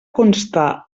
constar